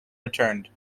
returned